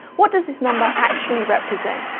what does this number actually represent?